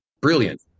Brilliant